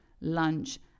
lunch